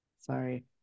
sorry